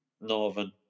northern